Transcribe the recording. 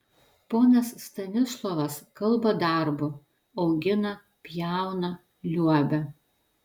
ponas stanislovas kalba darbu augina pjauna liuobia